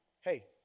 hey